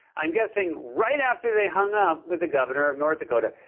i'm guessing right after they hung up with the governor of north dakota.